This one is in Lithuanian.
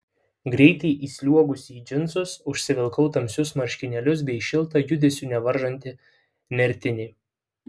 greitai įsliuogusi į džinsus užsivilkau tamsius marškinėlius bei šiltą judesių nevaržantį nertinį